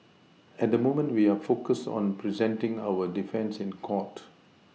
at the moment we are focused on presenting our defence in court